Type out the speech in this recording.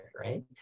right